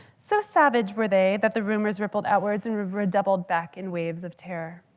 so savage were they that the rumors rippled outwards and redoubled back in waves of terror.